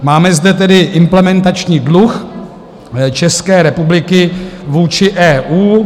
Máme zde tedy implementační dluh České republiky vůči EU.